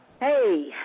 Hey